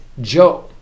Joe